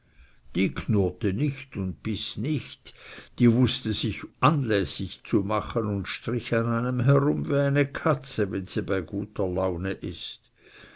die knurrte nicht und biß nicht die wußte sich anlässig zu machen und strich an einem herum wie eine katze wenn sie bei guter laune ist